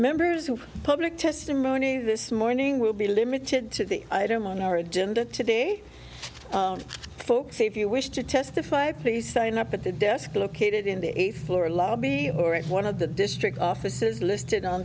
members who public testimony this morning will be limited to the item on our agenda today folks if you wish to testify please sign up at the desk located in the eighth floor lobbying or in one of the district offices listed on